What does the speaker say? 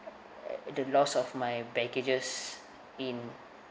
uh the loss of my baggages in